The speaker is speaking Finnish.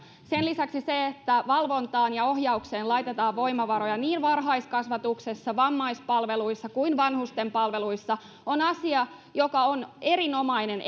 sen lisäksi se että valvontaan ja ohjaukseen laitetaan voimavaroja niin varhaiskasvatuksessa vammaispalveluissa kuin vanhustenpalveluissa on asia joka on erinomainen